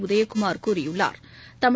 உதயகுமாா் கூறியுள்ளாா்